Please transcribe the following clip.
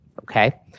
okay